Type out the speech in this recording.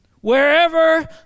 Wherever